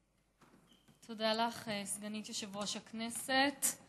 תודה לך, סגנית יושב-ראש הכנסת.